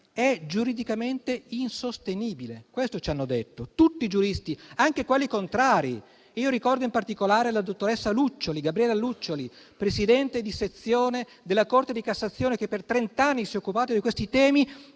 è giuridicamente insostenibile. Questo ci hanno detto tutti i giuristi, anche quelli contrari. Ricordo, in particolare, la dottoressa Gabriella Luccioli, Presidente di sezione della Corte di cassazione, che per trent'anni si è occupata di questi temi